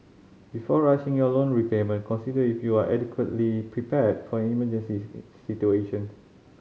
before rushing your loan repayment consider if you are adequately prepared for emergencies situation